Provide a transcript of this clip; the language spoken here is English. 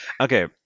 okay